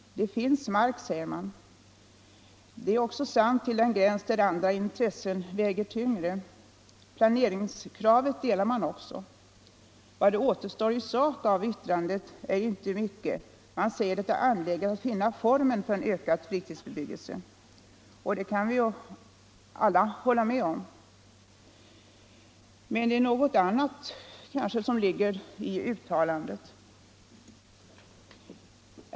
Det finns mark, säger man. Det är också sant till den gräns där andra intressen väger tyngre. Planeringskravet ansluter man sig också till. Vad som återstår i sak av yttrandet är inte mycket: man säger att det är angeläget att finna former för att möjliggöra en ökad fritidsbebyggelse. Det kan vi ju alla hålla med om. Men det kanske är något annat som ligger i uttalandet.